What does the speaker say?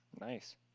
Nice